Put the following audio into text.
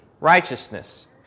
righteousness